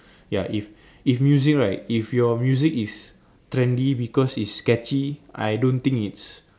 ya if if music right if your music is trendy because it's catchy I don't think it's